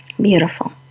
beautiful